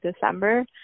December